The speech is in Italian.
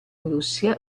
russia